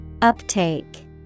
Uptake